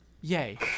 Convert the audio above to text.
Yay